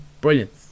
brilliant